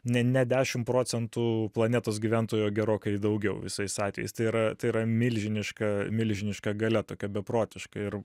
ne ne dešim procentų planetos gyventojo gerokai daugiau visais atvejais tai yra tai yra milžiniška milžiniška galia tokia beprotiška ir